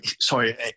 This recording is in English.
sorry